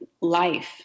life